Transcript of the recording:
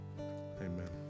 Amen